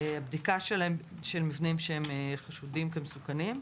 בדיקה של מבנים שחשודים כמסוכנים,